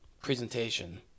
presentation